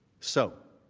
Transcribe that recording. so,